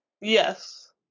yes